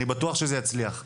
אני בטוח שזה יצליח.